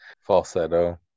falsetto